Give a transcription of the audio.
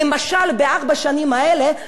במקום להתעסק עם מה שהתעסקתם,